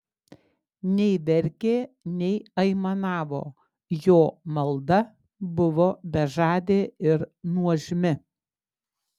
nei verkė nei aimanavo jo malda buvo bežadė ir nuožmi